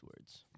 words